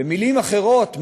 במילים אחרות,